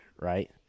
right